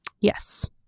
Yes